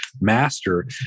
master